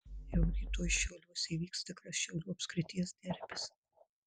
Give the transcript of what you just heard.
jau rytoj šiauliuose įvyks tikras šiaulių apskrities derbis